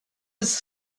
his